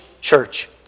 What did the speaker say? church